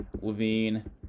Levine